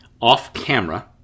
Off-camera